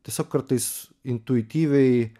tiesiog kartais intuityviai